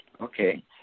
Okay